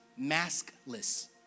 maskless